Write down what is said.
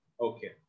Okay